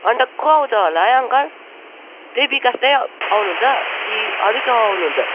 अन्त को आउँछ होला है अङ्कल त्यही विकास दाइ आउनुहुन्छ कि अरू नै को आउनुहुन्छ